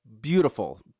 beautiful